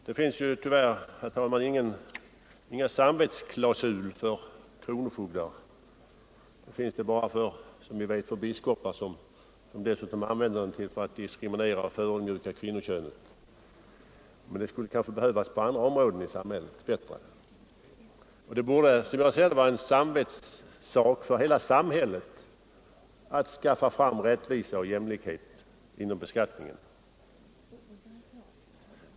Det finns ju tyvärr, herr talman, ingen samvetsklausul för kronofogdar — det finns det bara för biskopar, som dessutom i vissa fall använder den för att diskriminera och förödmjuka kvinnokönet. Men det skulle kanske behövas en samvetsklausul på andra områden i samhället. Som jag ser det borde det vara en samvetssak för hela samhället att åstadkomma rättvisa och jämlikhet inom beskattningen.